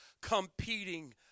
competing